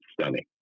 stunning